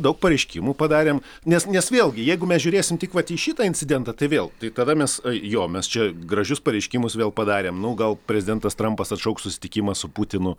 daug pareiškimų padarėm nes nes vėlgi jeigu mes žiūrėsim tik vat į šitą incidentą tai vėl tai tada mes jo mes čia gražius pareiškimus vėl padarėm nu gal prezidentas trampas atšauks susitikimą su putinu